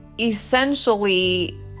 essentially